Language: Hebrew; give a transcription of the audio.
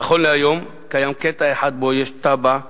נכון להיום קיים קטע אחד בו יש תב"ע מאושרת,